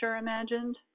imagined